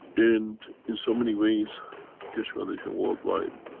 and in so many ways keshe foundation worldwide.